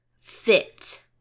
fit